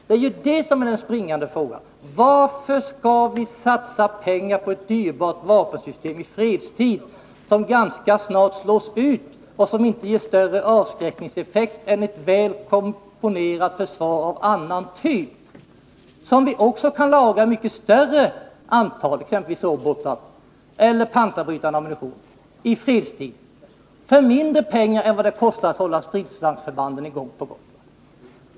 Det är ju det som är den springande punkten: Varför skall vi i fredstid satsa pengar på ett dyrbart vapensystem, som ganska snabbt slås ut och som inte ger större avskräckningseffekt än ett väl komponerat försvar av annan typ, som vi också kan lagra i mycket större antal. Jag tänker exempelvis på robotar eller pansarbrytande ammunition, som vi i fredstid kan lagra för mindre pengar än det kostar att hålla stridsvagnsförbanden i gång på Gotland.